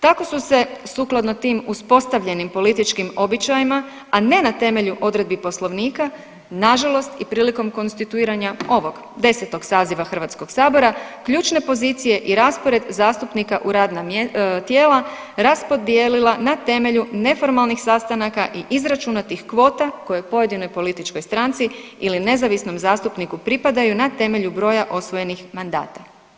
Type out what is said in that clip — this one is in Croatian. Tako su se sukladno tim uspostavljenim političkim običajima, a ne na temelju odredbi Poslovnika na žalost i prilikom konstituiranja ovog 10. saziva Hrvatskog sabora ključne pozicije i raspored zastupnika u radna tijela raspodijelila na temelju neformalnih sastanaka i izračuna tih kvota koje pojedinoj političkoj stranci ili nezavisnom zastupniku pripadaju na temelju broja osvojenih mandata.